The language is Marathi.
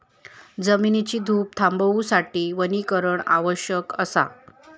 जमिनीची धूप थांबवूसाठी वनीकरण आवश्यक असा